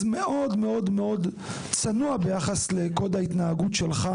מאוד מאוד צנוע ביחס לקוד ההתנהגות שלך,